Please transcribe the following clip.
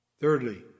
Thirdly